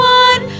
one